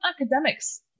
academics